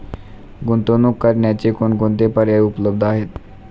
गुंतवणूक करण्याचे कोणकोणते पर्याय उपलब्ध आहेत?